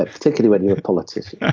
ah particularly when you're a politician yeah